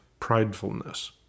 pridefulness